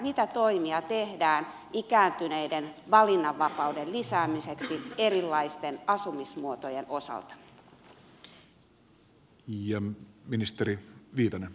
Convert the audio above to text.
mitä toimia tehdään ikääntyneiden valinnanvapauden lisäämiseksi erilaisten asumismuotojen osalta